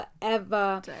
forever